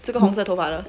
这个红色头发的